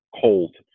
cold